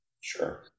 Sure